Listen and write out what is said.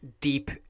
deep